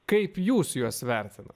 kaip jūs juos vertinat